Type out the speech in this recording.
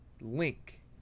link